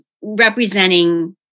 representing